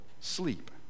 sleep